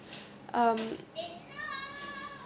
um